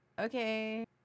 Okay